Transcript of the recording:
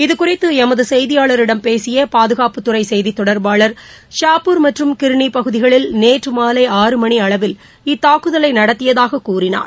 இது குறித்துளமதுசெய்தியாளரிடம் பேசியபாதுகாப்புத்துறைசெய்தித் தொடர்பளர் ஷாப்பூர் மற்றும் கிர்ணிபகுதிகளில் நேற்றுமாலை ஆறு மணிஅளவில் இத்தாக்குதலைநடத்தியதாககூறினார்